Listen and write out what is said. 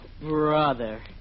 brother